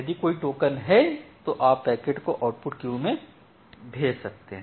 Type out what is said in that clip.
यदि कोई टोकन है तो आप पैकेट को आउटपुट क्यू में भेज सकते हैं